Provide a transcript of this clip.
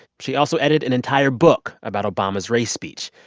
she also edited an entire book about obama's race speech.